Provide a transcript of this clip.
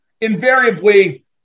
invariably